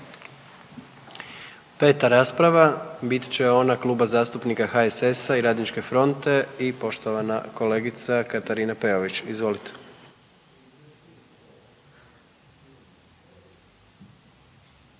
5. rasprava bit će ona Kluba zastupnika HSS-a i Radničke fronte i poštovana kolegica Katarina Peović, izvolite.